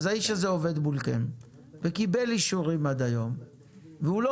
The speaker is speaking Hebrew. אז האיש הזה עובד מולכם והוא קיבל אישורים עד היום והוא לא